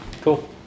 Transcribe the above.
Cool